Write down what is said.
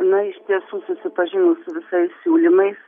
na iš tiesų susipažinus su visais siūlymais